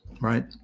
right